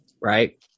right